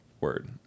Word